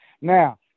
Now